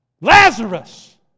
Lazarus